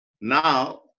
Now